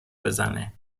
بزنه